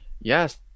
Yes